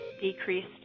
decreased